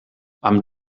amb